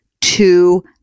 two